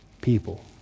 people